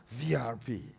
VRP